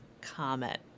comet